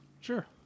Sure